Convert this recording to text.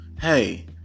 Hey